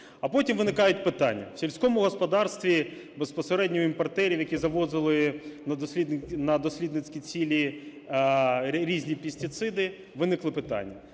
А потім виникають питання, в сільському господарстві безпосередньо у імпортерів, які завозили на дослідницькі цілі різні пестициди, виникло питання.